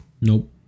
Nope